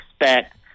expect